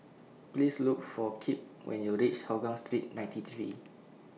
Please Look For Kipp when YOU REACH Hougang Street ninety three